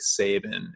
Saban